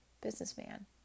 businessman